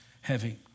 heavy